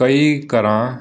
ਕਈ ਘਰਾਂ